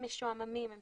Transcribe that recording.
הם משועממים, סקרנים,